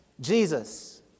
Jesus